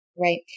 Right